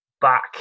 back